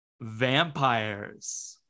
vampires